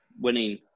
winning